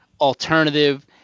alternative